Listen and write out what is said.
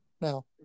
now